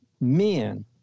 men